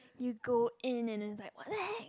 you go in and then it's like what the heck